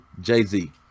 jay-z